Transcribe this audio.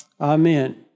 Amen